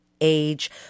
age